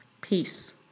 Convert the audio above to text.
peace